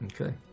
Okay